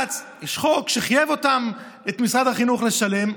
יש חוק שחייב את משרד החינוך לשלם,